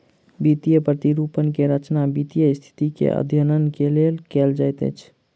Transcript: वित्तीय प्रतिरूपण के रचना वित्तीय स्थिति के अध्ययन के लेल कयल जाइत अछि